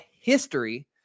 history